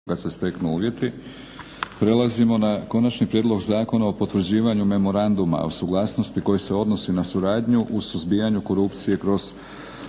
Milorad (HNS)** Prelazimo na - Konačni prijedlog Zakona o potvrđivanju Memoranduma o suglasnosti koji se odnosi na suradnju u suzbijanju korupcije kroz